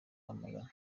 rwamagana